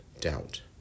doubt